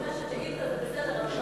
שאילתה זה בסדר,